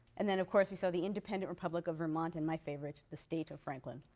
and then of course we saw the independent republic of vermont and my favorite, the state of franklin.